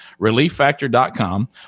relieffactor.com